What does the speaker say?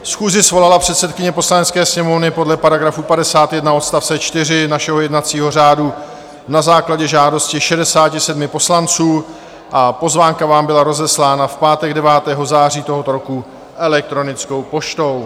Schůzi svolala předsedkyně Poslanecké sněmovny podle § 51 odst. 4 našeho jednacího řádu na základě žádosti 67 poslanců a pozvánka vám byla rozeslána v pátek 9. září tohoto roku elektronickou poštou.